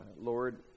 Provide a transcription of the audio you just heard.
Lord